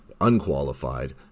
unqualified